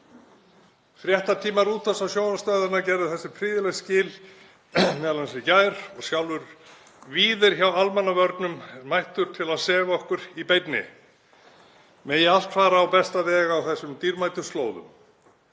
Fréttatímar útvarps- og sjónvarpsstöðvanna gerðu þessu prýðileg skil, m.a. í gær, og sjálfur Víðir hjá almannavörnum er mættur til að sefa okkur í beinni. Megi allt fara á besta veg á þessum dýrmætu slóðum.